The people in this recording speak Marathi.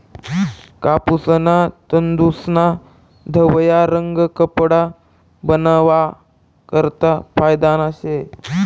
कापूसना तंतूस्ना धवया रंग कपडा बनावा करता फायदाना शे